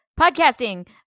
Podcasting